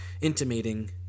intimating